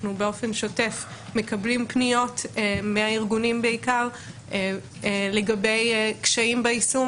אנחנו באופן שוטף מקבלים פניות מהארגונים בעיקר לגבי קשיים ביישום,